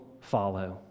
follow